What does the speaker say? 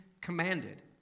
commanded